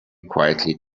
quietly